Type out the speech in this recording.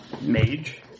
mage